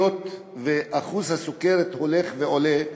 היות שאחוז הסוכרת הולך ועולה,